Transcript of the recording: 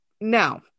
now